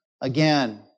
again